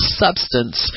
substance